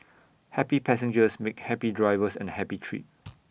happy passengers make happy drivers and A happy trip